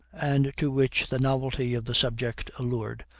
and to which the novelty of the subject allured,